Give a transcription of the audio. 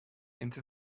into